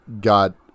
got